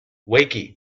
wakey